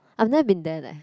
I've never been there leh